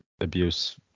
abuse